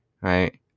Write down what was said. right